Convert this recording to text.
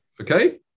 Okay